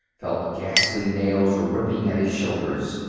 felt ghastly nails ripping at his shoulders.